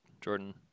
Jordan